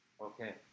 Okay